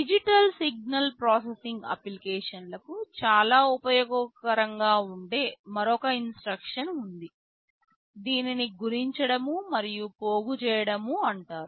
digital signal processing అప్లికేషన్లకు చాలా ఉపయోగకరంగా ఉండే మరొక ఇన్స్ట్రక్షన్ ఉంది దీనిని గుణించడం మరియు పోగు చేయడం అంటారు